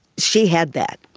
she had that.